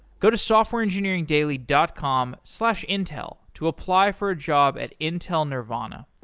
go to softwareengineeringdaily dot com slash intel to apply for a job at intel nervana.